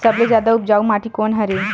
सबले जादा उपजाऊ माटी कोन हरे?